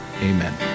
amen